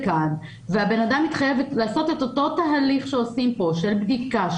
והבן אדם מתחייב לעשות את אותו תהליך שעושים פה של בדיקה,